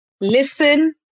Listen